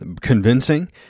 convincing